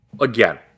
again